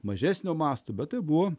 mažesnio masto bet abu